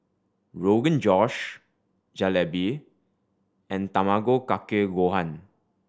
Rogan Josh Jalebi and Tamago Kake Gohan